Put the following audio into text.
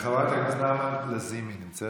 חברת הכנסת נעמה לזימי נמצאת?